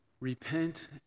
Repent